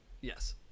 Yes